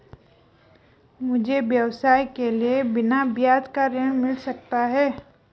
मुझे व्यवसाय के लिए बिना ब्याज का ऋण मिल सकता है?